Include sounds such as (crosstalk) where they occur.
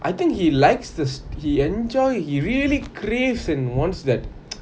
I think he likes this he enjoy he really craves and wants that (noise)